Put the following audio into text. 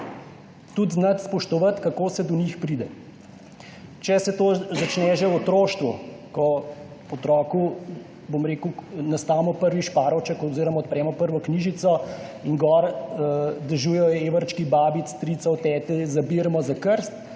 tudi znati spoštovati, kako se do njih pride. Če se to začne že v otroštvu, ko otroku, bom rekel, nastavimo prvi šparovček oziroma odpremo prvo knjižico in gor dežujejo evrčki babic, stricev, tet za birmo, za krst